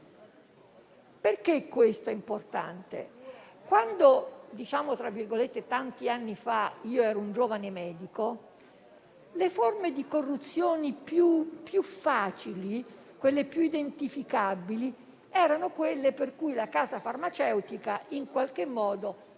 Perché questo è importante? Quando, tanti anni fa, ero un giovane medico, le forme di corruzioni più facili, le più identificabili, erano quelle per cui la casa farmaceutica in qualche modo